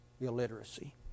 illiteracy